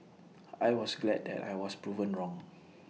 I was glad that I was proven wrong